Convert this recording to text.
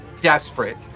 desperate